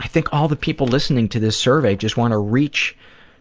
i think all the people listening to this survey just want to reach